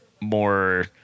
more